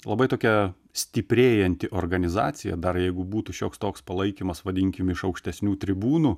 labai tokia stiprėjanti organizacija dar jeigu būtų šioks toks palaikymas vadinkim iš aukštesnių tribūnų